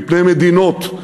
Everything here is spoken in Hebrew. מפני מדינות.